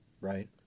right